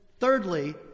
thirdly